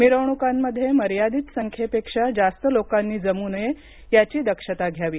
मिरवणुकांमध्ये मर्यादित संख्येपेक्षा जास्त लोकांनी जमू नये याची दक्षता घ्यावी